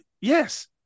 yes